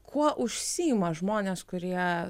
kuo užsiima žmonės kurie